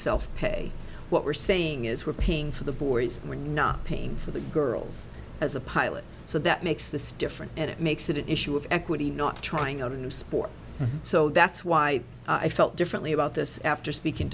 self pay what we're saying is we're paying for the boards and we're not paying for the girls as a pilot so that makes this different and it makes it an issue of equity not trying out a new sport so that's why i felt differently about this after speaking